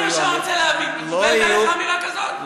אני רוצה להבין, מקובלת עליך אמירה כזאת?